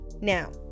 Now